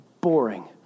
boring